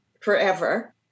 forever